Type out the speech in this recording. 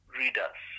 readers